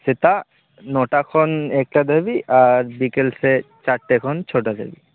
ᱥᱮᱛᱟᱜ ᱱᱚᱴᱟ ᱠᱷᱚᱱ ᱮᱠᱴᱟ ᱫᱷᱟ ᱵᱤᱡ ᱟᱨ ᱵᱤᱠᱮᱞ ᱥᱮᱫ ᱪᱟᱨᱴᱮ ᱠᱷᱚᱱ ᱪᱷᱚᱴᱟ ᱫᱷᱟ ᱵᱤᱡ